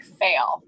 fail